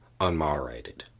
unmoderated